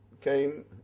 came